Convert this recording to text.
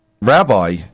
rabbi